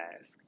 ask